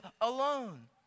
alone